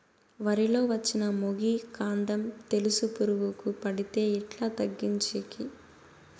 వరి లో వచ్చిన మొగి, కాండం తెలుసు పురుగుకు పడితే ఎట్లా తగ్గించేకి?